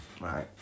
Right